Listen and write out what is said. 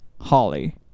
Holly